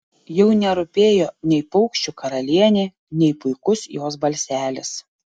jau nerūpėjo nei paukščių karalienė nei puikus jos balselis